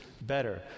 better